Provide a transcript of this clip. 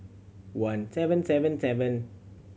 one seven seven seven